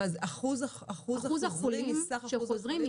מה זה, אחוז החוזרים מסך אחוז החולים?